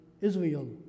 Israel